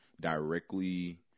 directly